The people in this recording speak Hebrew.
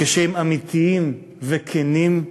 כשהם אמיתיים וכנים,